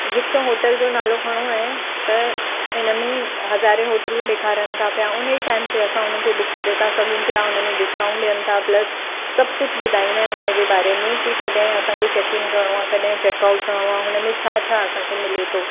हिकु होटल जो नालो खणो ऐं त इन में हज़ारे होटलूं ॾेखारनि था पिया उनी ई टाइम ते असां उन्हनि खे बुक करे था सघूं पिया उन में डिस्काउंट ॾियनि था प्लस सभु कुझु ॿुधाईंदा आहिनि उन जे बारे में की कॾहिं असांखे चेक इन करिणो आहे कॾहिं चेक आउट करिणो आहे हुन में छा छा असांखे मिले थो